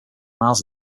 miles